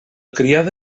criada